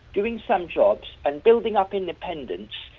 doing some jobs and building up independence,